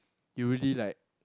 you really like